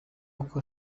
uko